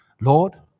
Lord